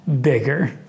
bigger